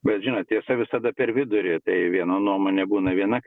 bet žinot tiesa visada per vidurį tai vieno nuomonė būna viena